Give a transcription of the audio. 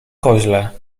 koźle